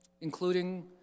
including